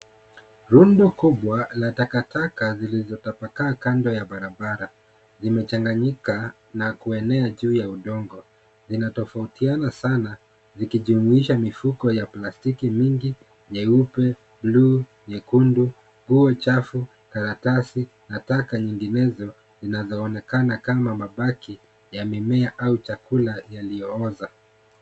Rundo kubwa la takataka lililotapakaa kando ya barabara limechanganyika na kuenea juu ya udongo linatofautiana sana likijumisha mifuko ya plastiki mingi nyeupe, bluu, nyekundu, nguo chafu, karatasi, na taka nyinginezo zinzoonekana kama mabaki ya mimea au chakula yaliyooza.